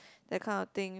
that kind of thing